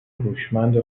هوشمند